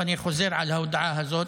ואני חוזר על ההודעה הזאת: